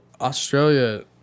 Australia